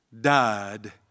died